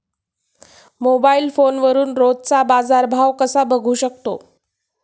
Mobile फोनवरून रोजचा बाजारभाव कसा बघू शकतो?